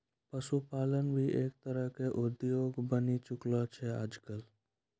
पशुपालन भी एक तरह के उद्योग बनी चुकलो छै आजकल